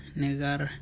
negar